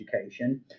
education